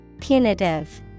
Punitive